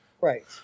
Right